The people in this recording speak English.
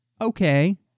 okay